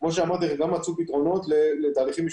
כמו שאמרתי, מצאו פתרונות לתהליכים משפטיים.